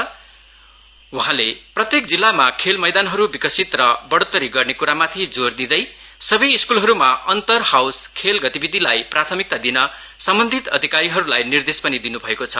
वहाँले प्रत्येक जिल्लामा खोल मैदानहरू विकसित र बढ़ोत्तरी गर्ने कुरामाथि जोर दिदै सबै स्कुलहरूमा अन्तर हाउस खेल गतिविधिलाई प्राथामिकता दिन सम्बन्धित अधिकारीहरूलाई निर्देश पनि दिनुभएको छ